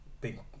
big